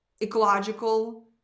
ecological